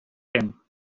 him